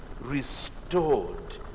restored